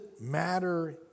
matter